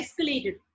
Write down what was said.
escalated